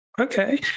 Okay